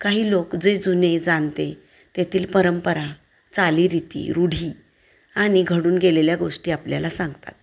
काही लोक जे जुने जाणते तेथील परंपरा चालीरीती रूढी आणि घडून गेलेल्या गोष्टी आपल्याला सांगतात